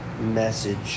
message